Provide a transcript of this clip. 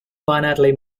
finitely